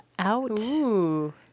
out